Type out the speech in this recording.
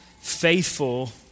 faithful